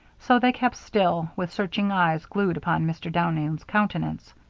so they kept still, with searching eyes glued upon mr. downing's countenance.